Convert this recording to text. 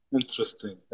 interesting